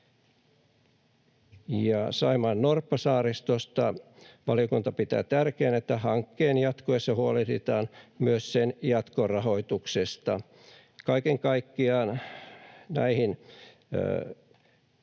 Saimaan norppasaaristosta: valiokunta pitää tärkeänä, että hankkeen jatkuessa huolehditaan myös sen jatkorahoituksesta. Kaiken kaikkiaan näihin